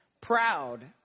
Proud